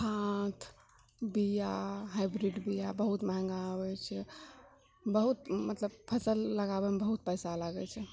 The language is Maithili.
खाद्य बिया हाइब्रिड बिया बहुत महंगा आबैत छै बहुत मतलब फसल लगाबएमे बहुत पैसा लागैत छै